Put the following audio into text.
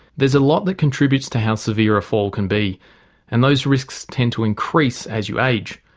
there's a lot that contributes to how severe a fall can be and those risks tend to increase as you age.